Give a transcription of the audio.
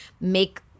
make